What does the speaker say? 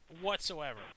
whatsoever